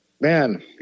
man